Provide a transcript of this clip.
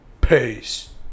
Peace